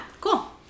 Cool